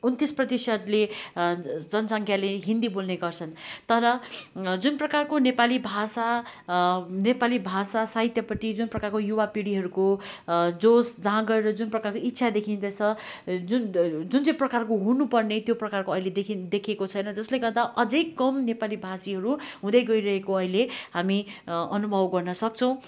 उन्तिस प्रतिशतले जनसङ्ख्याले हिन्दी बोल्ने गर्छन् तर जुन प्रकारको नेपाली भाषा नेपाली भाषा साहित्यपट्टि जुन प्रकारको युवा पिँढीहरूको जोस जाँगर र जुन प्रकारको इच्छा देखिँदैछ जुन जुन चाहिँ प्रकारको हुनु पर्ने त्यो प्रकारको अहिले देखिएको छैन जसले गर्दा अझै कम नेपाली भाषीहरू हुँदै गइरहेको ऐले हामी अनुभव गर्न सक्छौँ